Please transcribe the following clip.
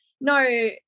no